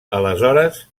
aleshores